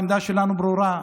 העמדה שלנו ברורה,